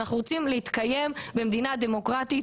אנחנו רוצים להתקיים במדינה דמוקרטית,